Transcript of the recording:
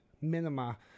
minima